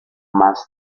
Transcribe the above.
más